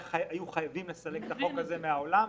חייבים לסלק את החוק הזה מהעולם.